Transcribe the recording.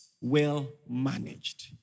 well-managed